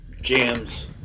jams